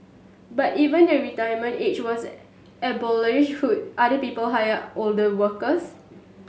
but even the retirement age was abolished other people hire older workers